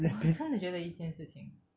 我突然觉得了一件事情